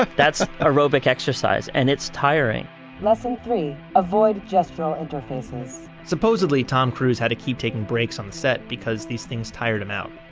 that's aerobic exercise and it's tiring lesson three. avoid gestural interfaces supposedly, tom cruise had to keep taking breaks on the set because these things tired him out.